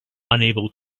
unable